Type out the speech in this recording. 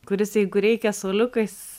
kuris jeigu reikia suoliukais